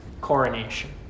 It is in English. coronation